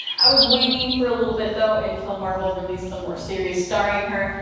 i was waiting for a little bit though until marvel released some more series starring her.